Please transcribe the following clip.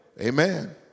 Amen